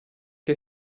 che